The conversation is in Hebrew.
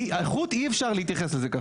האיכות, אי אפשר להתייחס לזה ככה.